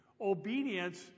obedience